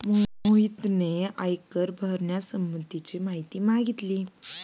मोहितने आयकर भरण्यासंबंधीची माहिती मागितली